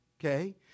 okay